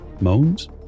moans